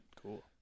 Cool